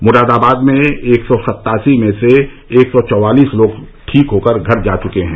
मुरादाबाद में एक सौ सत्तासी में से एक सौ चौवालीस लोग ठीक होकर घर जा चुके हैं